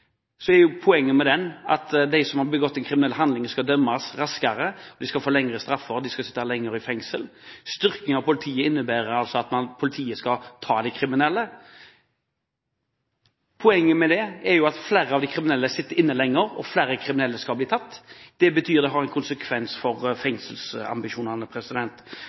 er jo poenget med den at de som har begått en kriminell handling, skal dømmes raskere, de skal få lengre straffer og de skal sitte lenger i fengsel. Styrking av politiet innebærer at politiet skal ta de kriminelle. Poenget med det er at flere av de kriminelle sitter inne lenger, og flere kriminelle skal bli tatt. Det har konsekvenser for fengselsambisjonene. Høyre har i sine merknader også sett på muligheten for